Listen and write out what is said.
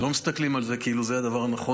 אנחנו לא מסתכלים על זה כאילו זה הדבר הנכון,